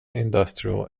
industrial